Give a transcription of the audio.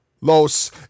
Los